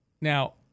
Now